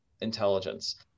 intelligence